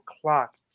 clock